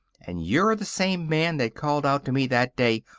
and you're the same man that called out to me that day,